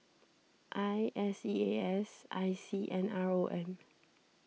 I S E A S I C and R O M